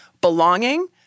belonging